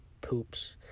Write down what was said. poops